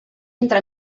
entre